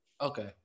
Okay